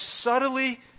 subtly